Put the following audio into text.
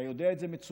אתה יודע את זה מצוין,